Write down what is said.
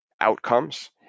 outcomes